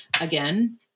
Again